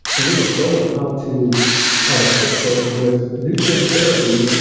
and we can show them how to how to fix it with nutrient therapy,